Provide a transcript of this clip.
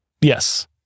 yes